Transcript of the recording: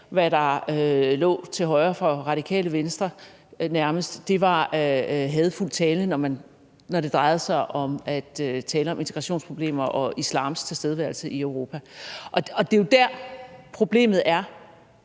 hvad der lå til højre for Radikale Venstre nærmest var hadefuld tale, når det drejede sig om at tale om integrationsproblemer og islams tilstedeværelse i Europa. Det er jo der, problemet er,